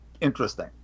interesting